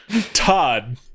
Todd